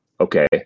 okay